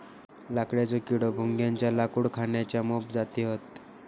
लाकडेचो किडो, भुंग्याच्या लाकूड खाण्याच्या मोप जाती हत